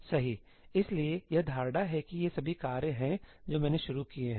इसलिए यह धारणा है कि ये सभी कार्य हैं जो मैंने शुरू किए हैं